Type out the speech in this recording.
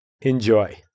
Enjoy